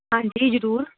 ਹਾਂਜੀ ਜ਼ਰੂਰ